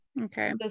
Okay